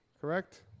correct